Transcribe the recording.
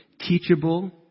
teachable